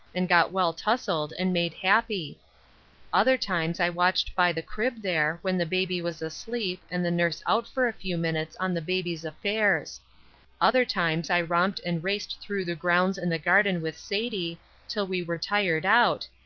and got well tousled and made happy other times i watched by the crib there, when the baby was asleep and the nurse out for a few minutes on the baby's affairs other times i romped and raced through the grounds and the garden with sadie till we were tired out,